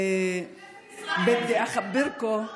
למה אחר כך?